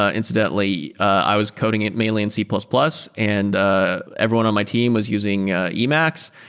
ah incidentally, i was coding it mainly in c plus plus and ah everyone on my team was using emacs.